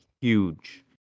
Huge